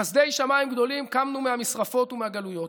בחסדי שמיים גדולים קמנו מהשרפות ומהגלויות.